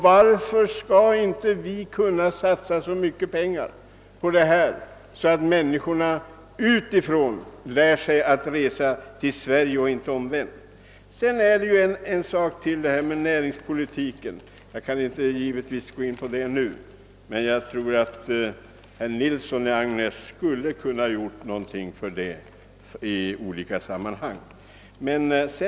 Varför skulle inte vi kunna satsa så mycket på ett projekt att även människor från andra länder reser till Sverige i stället för till andra länder? Herr Nilsson i Agnäs nämnde något om näringspolitiken. Jag kan givetvis inte gå in på denna nu men jag tror att herr Nilsson skulle ha kunnat göra något för den i olika sammanhang.